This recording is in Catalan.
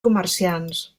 comerciants